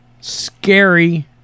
scary